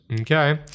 Okay